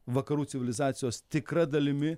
vakarų civilizacijos tikra dalimi